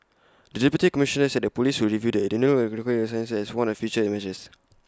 the deputy Commissioner said the Police will review the renewal of liquor licences as one of future measures